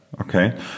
okay